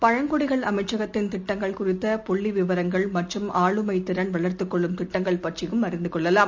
பழங்குடிகள் அமைச்சகத்தின் திட்டங்கள் குறித்த புள்ளிவிவரங்கள் மற்றும் ஆளுமைத் திறன் வளர்த்துக் கொள்ளும் திட்டங்கள் பற்றியும் அறிந்துகொள்ளலாம்